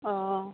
অঁ